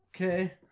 Okay